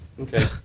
Okay